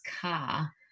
car